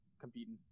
competing